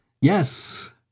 Yes